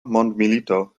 mondmilito